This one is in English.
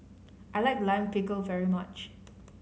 I like Lime Pickle very much